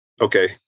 Okay